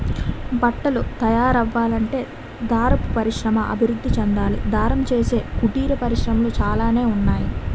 బట్టలు తయారవ్వాలంటే దారపు పరిశ్రమ అభివృద్ధి చెందాలి దారం చేసే కుటీర పరిశ్రమలు చాలానే ఉన్నాయి